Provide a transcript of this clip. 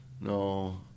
No